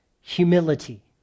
humility